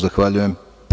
Zahvaljujem.